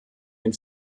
den